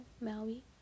Maui